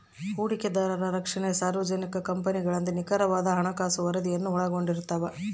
ಹೂಡಿಕೆದಾರರ ರಕ್ಷಣೆ ಸಾರ್ವಜನಿಕ ಕಂಪನಿಗಳಿಂದ ನಿಖರವಾದ ಹಣಕಾಸು ವರದಿಯನ್ನು ಒಳಗೊಂಡಿರ್ತವ